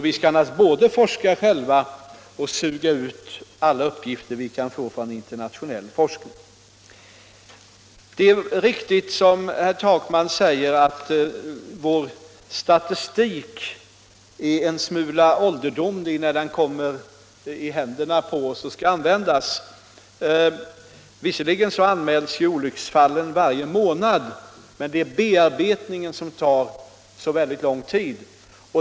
Vi skall både forska själva och suga upp alla uppgifter vi kan erhålla från internationell forskning. Det är riktigt som herr Takman säger att vår statistik redan är en smula föråldrad när den kommer i händerna på oss och skall användas. Visserligen anmäls olycksfallen varje månad, men bearbetningen av statistiken tar lång tid.